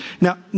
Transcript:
Now